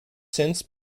since